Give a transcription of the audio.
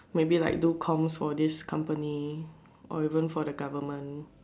maybe like do coms for this company or even for the government